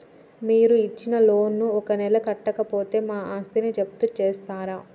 మీరు ఇచ్చిన లోన్ ను ఒక నెల కట్టకపోతే మా ఆస్తిని జప్తు చేస్తరా?